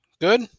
Good